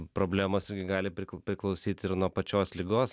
problemos irgi gali prik priklausyti ir nuo pačios ligos